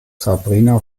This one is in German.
sabrina